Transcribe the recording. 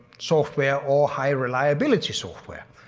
software or high reliability software.